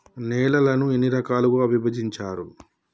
నేలలను ఎన్ని రకాలుగా విభజించారు?